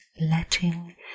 Letting